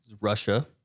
russia